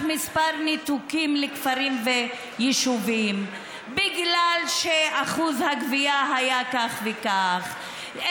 ניתוקים לכפרים וליישובים בגלל שאחוז הגבייה היה כך וכך,